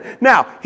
Now